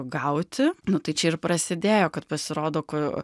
gauti nu tai čia ir prasidėjo kad pasirodo ku